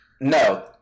No